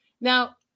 Now